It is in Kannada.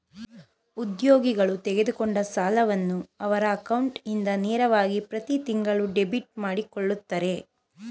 ಉದ್ಯೋಗಗಳು ತೆಗೆದುಕೊಂಡ ಸಾಲವನ್ನು ಅವರ ಅಕೌಂಟ್ ಇಂದ ನೇರವಾಗಿ ಪ್ರತಿತಿಂಗಳು ಡೆಬಿಟ್ ಮಾಡಕೊಳ್ಳುತ್ತರೆ